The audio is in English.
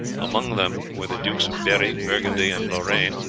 among them were the dukes of berri, burgundy, and lorraine,